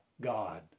God